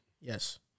Yes